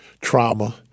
trauma